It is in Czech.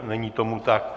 Není tomu tak.